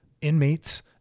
inmates